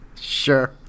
Sure